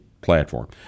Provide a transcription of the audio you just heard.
platform